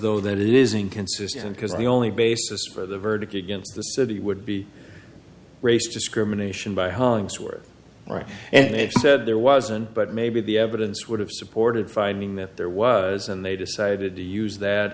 though that it is inconsistent because the only basis for the verdict against the city would be race discrimination by hollingsworth right and they said there wasn't but maybe the evidence would have supported finding that there was and they decided to use that